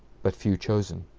but few chosen